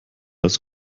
als